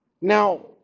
Now